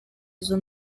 izo